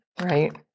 right